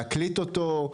להקליט אותו.